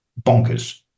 bonkers